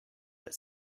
but